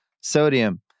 sodium